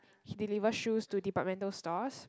he deliver shoes to departmental stores